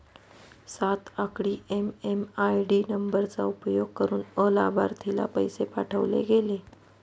सात आकडी एम.एम.आय.डी नंबरचा उपयोग करुन अलाभार्थीला पैसे पाठवले गेले